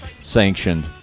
sanctioned